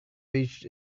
reached